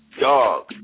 Dog